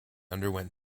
underwent